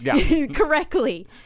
correctly